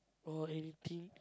or anything